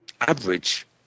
average